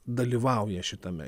dalyvauja šitame